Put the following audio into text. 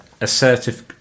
assertive